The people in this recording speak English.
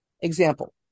example